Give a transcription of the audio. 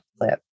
clip